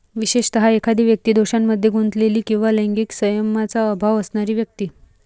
विशेषतः, एखादी व्यक्ती दोषांमध्ये गुंतलेली किंवा लैंगिक संयमाचा अभाव असणारी व्यक्ती